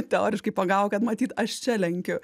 teoriškai pagavo kad matyt aš čia lenkiu